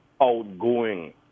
outgoing